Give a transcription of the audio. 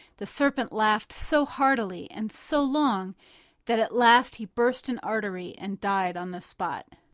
the serpent laughed so heartily and so long that at last he burst an artery and died on the spot.